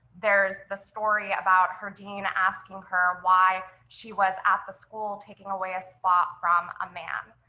there's the story about her dean asking her why she was at the school taking away a spot from a man.